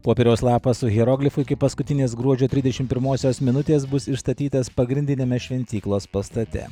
popieriaus lapas su hieroglifu iki paskutinės gruodžio tridešim pirmosios minutės bus išstatytas pagrindiniame šventyklos pastate